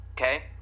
okay